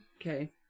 Okay